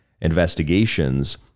investigations